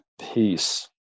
peace